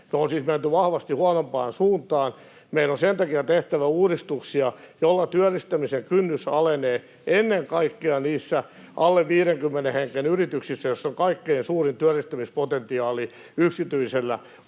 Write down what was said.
On siis menty vahvasti huonompaan suuntaan, ja meidän on sen takia tehtävä uudistuksia, joilla työllistämisen kynnys alenee ennen kaikkea niissä alle 50 hengen yrityksissä, joissa on kaikkein suurin työllistämispotentiaali yksityisellä